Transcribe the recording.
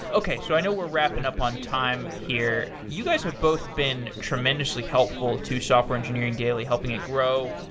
okay. so i know we're wrapping upon time here. you guys have both been tremendously helpful to software engineering daily, helping it grow,